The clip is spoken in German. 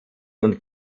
und